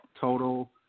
total